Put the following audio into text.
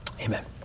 amen